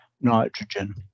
nitrogen